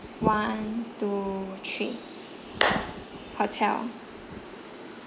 one two three hotel